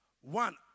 One